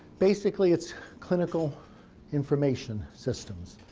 basically it's clinical information systems.